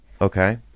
okay